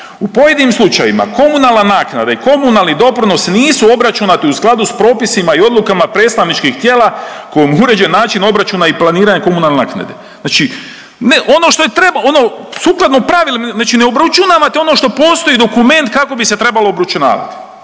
u pojedinim slučajevima komunalna naknada i komunalni doprinos nisu obračunati u skladu s propisima i odlukama predstavničkih tijela komu uređen način obračuna i planiranja komunalne naknade. Znači ono što ono sukladno pravilima, znači ne obračunavate ono što postoji dokument kako bi se trebalo obračunavat.